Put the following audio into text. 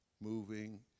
moving